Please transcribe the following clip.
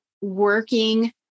working